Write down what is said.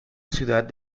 ciudad